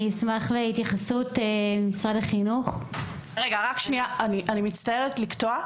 אני שאשמח להתייחסות משרד החינוך.) אני מצטערת לקטוע אותך.